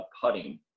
putting